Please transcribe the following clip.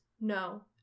no